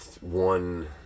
one